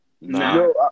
no